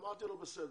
אמרתי לו בסדר,